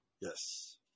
Yes